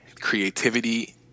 creativity